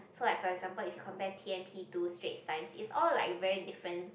so like for example if compare t_n_p to Straits Times is all like very different